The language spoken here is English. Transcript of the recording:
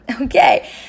okay